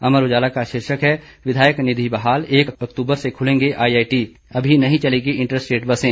अमर उजाला का शीर्षक है विधायक निधि बहाल एक अक्तूबर से खुलेंगे आईटीआई अमी नहीं चलेंगी इंटर स्टेट बसें